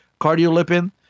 cardiolipin